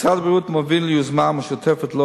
משרד הבריאות מוביל יוזמה המשותפת לו,